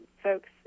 folks